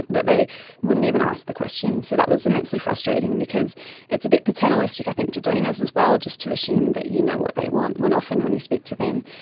they wouldn't even ask the question. so that was immensely frustrating because it's a bit paternalistic i think to donors as well, just to assume that you know what they want when often when you speak to them,